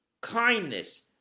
kindness